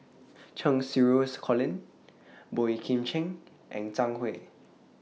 Cheng Xinru Colin Boey Kim Cheng and Zhang Hui